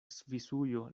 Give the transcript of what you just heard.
svisujo